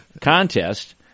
contest